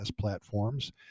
platforms